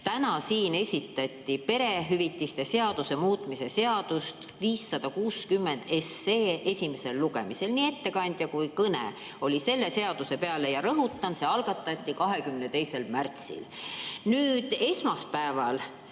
täna siin esitati perehüvitiste seaduse muutmise seaduse [eelnõu] 560 esimesel lugemisel. Ettekandja kõne oli selle seaduse kohta. Ja rõhutan: see algatati 22. märtsil. Nüüd, esmaspäeval